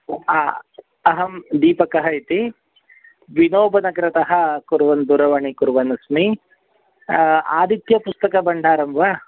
अहं दीपकः इति विनोबनगरतः कुर्वन् दूरवाणीं कुर्वन् अस्मि आदित्यपुस्तकभण्डारः वा